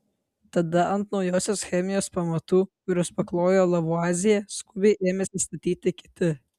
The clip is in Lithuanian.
tada ant naujosios chemijos pamatų kuriuos paklojo lavuazjė skubiai ėmėsi statyti kiti